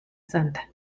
santa